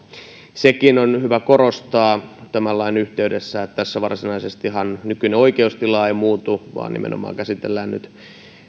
sitäkin on hyvä korostaa tämän lain yhteydessä että tässähän ei varsinaisesti nykyinen oikeustila muutu vaan nyt nimenomaan käsitellään